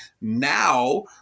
Now